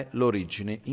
l'origine